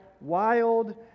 wild